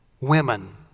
women